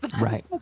Right